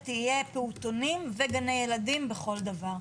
תהיה פעוטונים וגני ילדים בכל דבר.